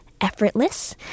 effortless